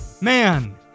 Man